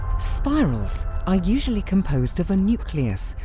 spirals are usually composed of a nucleus,